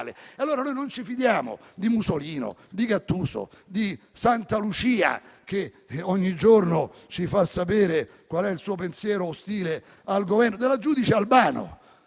Allora noi non ci fidiamo di Musolino, di Gattuso, di Santalucia, che ogni giorno ci fa sapere qual è il suo pensiero ostile al Governo, o della giudice Albano.